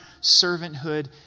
servanthood